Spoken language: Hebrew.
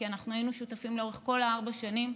כי אנחנו היינו שותפים לאורך כל ארבע השנים,